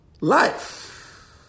life